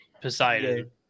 Poseidon